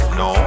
no